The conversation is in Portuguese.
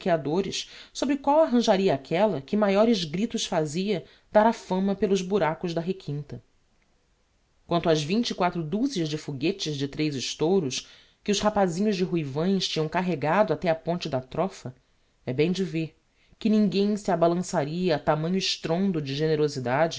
obsequiadores sobre qual arranjaria aquella que maiores gritos fazia dar á fama pelos buracos da requinta quanto ás vinte e quatro duzias de foguetes de tres estouros que os rapazinhos de ruivães tinham carregado até á ponte da trofa é bem de vêr que ninguem se abalançaria a tamanho estrondo de generosidade